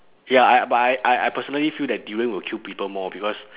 ya I but I I I personally feel that durian will kill people more because